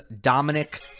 Dominic